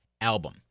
album